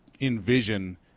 envision –